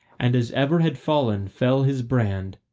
and as ever had fallen fell his brand,